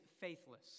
faithless